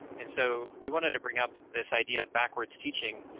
and so we wanted to bring up this idea of backwards teaching,